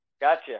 gotcha